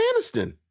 Aniston